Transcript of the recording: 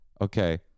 Okay